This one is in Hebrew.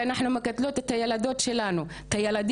כי אנחנו מגדלות את הילדים שלנו,